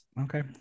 Okay